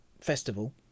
Festival